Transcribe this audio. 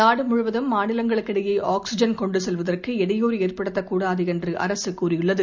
நாடு முழுவதும் மாநிலங்களுக்கிடையே ஆக்ஸிஜன் கொண்டு செல்வதற்கு இடையூறு ஏற்படுத்தக் கூடாது என்று அரசு தெரிவித்துள்ளது